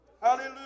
hallelujah